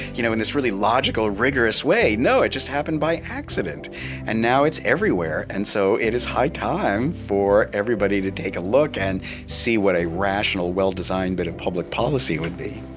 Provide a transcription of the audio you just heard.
you know in this really logical, rigorous way. no, it just happened by accident and now it's everywhere. and so it is high time for everybody to take a look and see what a rational, well-designed bit of public policy would be.